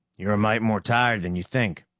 you're a mite more tired than you think.